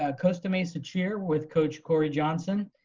ah costa mesa cheer with coach kori johnson.